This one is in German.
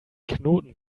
knoten